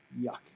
yuck